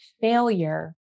failure